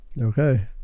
okay